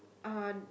uh